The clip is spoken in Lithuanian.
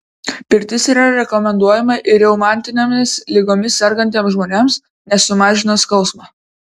pirtis yra rekomenduojama ir reumatinėmis ligomis sergantiems žmonėms nes sumažina skausmą